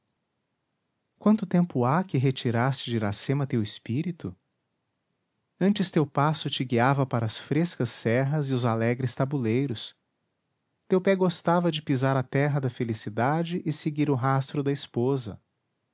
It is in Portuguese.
quanto tempo há que retiraste de iracema teu espírito antes teu passo te guiava para as frescas serras e os alegres tabuleiros teu pé gostava de pisar a terra da felicidade e seguir o rastro da esposa